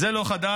זה לא חדש.